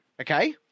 okay